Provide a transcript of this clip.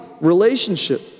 relationship